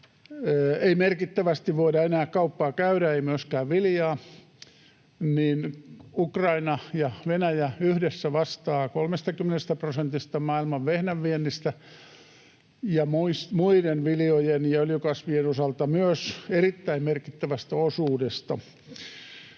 ei merkittävästi voida enää kauppaa käydä, ei myöskään viljaa. Ukraina ja Venäjä yhdessä vastaavat 30 prosentista maailman vehnän viennistä ja muiden viljojen ja öljykasvien osalta myös erittäin merkittävästä osuudesta.